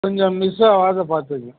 கொஞ்சம் மிஸ் ஆவாம பாத்துக்கங்க